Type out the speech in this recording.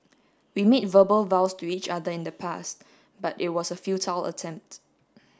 we made verbal vows to each other in the past but it was a futile attempt